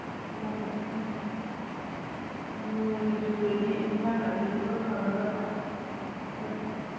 ꯃꯝꯃꯤ ꯎꯝ ꯅꯣꯡ ꯑꯣꯏꯅ ꯆꯨꯔꯗꯤ ꯑꯦꯟꯁꯥꯡ ꯅꯥꯄꯤꯁꯨ ꯈꯔ ꯐꯒꯗꯕ ꯑꯗꯨ